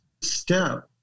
step